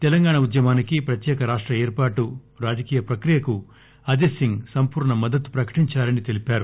తెలంగాణ ఉద్యమానికి ప్రత్యేక రాష్ట ఏర్పాటు కోసం జరిగిన రాజకీయ ప్రక్రియకు అజిత్ సింగ్ సంపూర్ణ మద్దతు ప్రకటించారని తెలిపారు